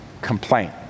complaint